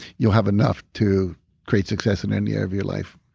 you'll have enough to create success in any area of your life.